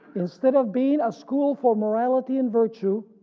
instead of being a school for morality and virtue,